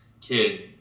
kid